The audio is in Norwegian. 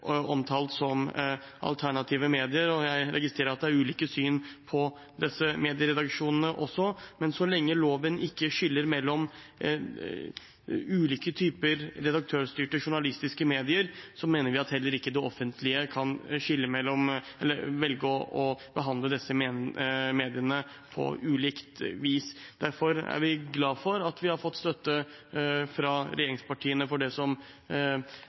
omtalt som alternative medier, og jeg registrerer at det er ulike syn på disse medieredaksjonene også. Men så lenge loven ikke skiller mellom ulike typer redaktørstyrte journalistiske medier, mener vi at heller ikke det offentlige kan velge å behandle disse mediene på ulikt vis. Derfor er vi glad for at vi har fått støtte fra regjeringspartiene for den delen av representantforslaget, som